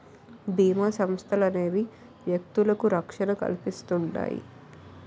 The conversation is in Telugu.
బీమా సంస్థలనేవి వ్యక్తులకు రక్షణ కల్పిస్తుంటాయి